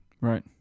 Right